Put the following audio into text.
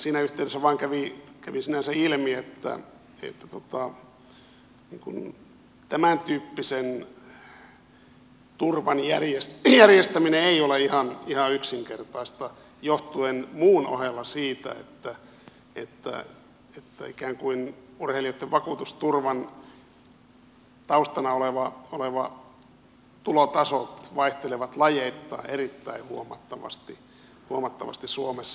siinä yhteydessä vain kävi sinänsä ilmi että tämäntyyppisen turvan järjestäminen ei ole ihan yksinkertaista johtuen muun ohella siitä että ikään kuin urheilijoitten vakuutusturvan taustana olevat tulotasot vaihtelevat lajeittain erittäin huomattavasti suomessa